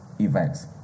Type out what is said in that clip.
events